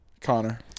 Connor